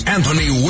Anthony